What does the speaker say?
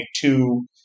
two